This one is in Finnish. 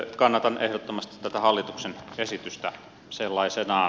kannatan ehdottomasti tätä hallituksen esitystä sellaisenaan